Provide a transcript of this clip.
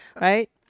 right